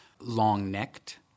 Long-necked